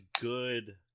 good